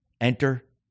Enter